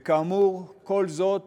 וכאמור, כל זאת